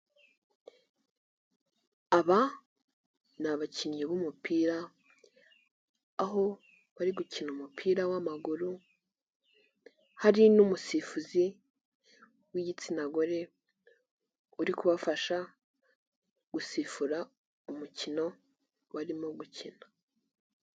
Aba ni abakinnyi b'umupira aho bari gukina umupira w'amaguru hari n'umusifuzi w'igitsina gore uri kubafasha gusifura umukino barimo gukina.